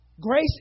Grace